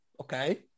okay